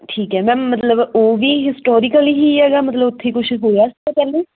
ਠੀਕ ਹੈ ਮੈਮ ਮਤਲਬ ਉਹ ਵੀ ਹਿਸਟੋਰੀਕਲੀ ਹੀ ਹੈਗਾ ਮਤਲਬ ਉੱਥੇ ਕੁਛ ਹੋਇਆ ਸੀਗਾ ਪਹਿਲੇ